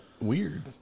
Weird